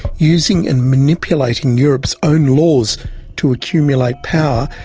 using and manipulating europe's own laws to accumulate power,